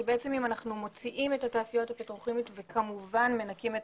שבעצם אם אנחנו מוציאים את התעשיות הפטרוכימיות וכמובן מנקים את